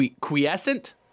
quiescent